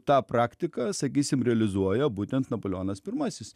tą praktiką sakysim realizuoja būtent napoleonas pirmasis